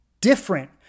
different